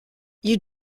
you